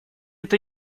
это